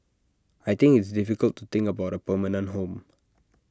I think it's difficult to think about A permanent home